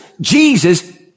Jesus